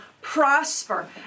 prosper